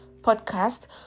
podcast